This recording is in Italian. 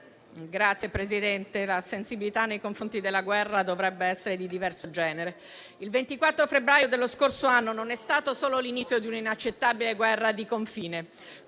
Grazie, Presidente, la sensibilità nei confronti della guerra dovrebbe essere di diverso genere. Il 24 febbraio dello scorso anno non è stato solo l'inizio di un'inaccettabile guerra di confine: